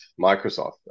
Microsoft